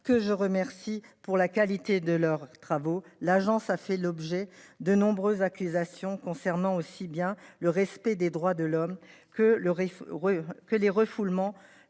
que je remercie pour la qualité de leurs travaux. L'agence a fait l'objet de nombreuses accusations concernant aussi bien le respect des droits de l'homme que le. Que les refoulements